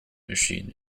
machine